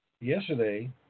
yesterday